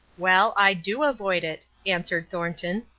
well, i do avoid it, answered thornton,